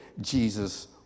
Jesus